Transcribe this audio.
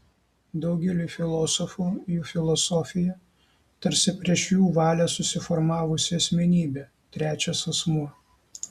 daugeliui filosofų jų filosofija tarsi prieš jų valią susiformavusi asmenybė trečias asmuo